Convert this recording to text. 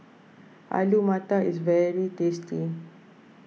Alu Matar is very tasty